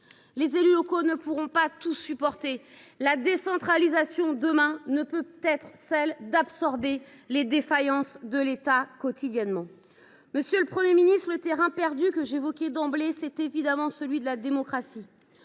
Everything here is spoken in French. Les élus locaux ne pourront pas tout supporter. La décentralisation, demain, ne peut se résumer à absorber quotidiennement les défaillances de l’État. Monsieur le Premier ministre, le terrain perdu que j’évoquais d’emblée est évidemment celui de la démocratie.